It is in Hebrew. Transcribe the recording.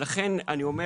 לכן, אני אומר